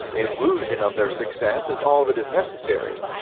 illusion of their success is all that is necessary,